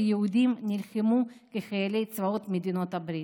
יהודים נלחמו כחיילי צבאות מדינות הברית,